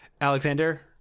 Alexander